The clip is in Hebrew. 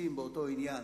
העוסקים באותו עניין